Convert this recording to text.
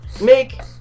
make